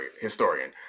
historian